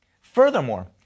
Furthermore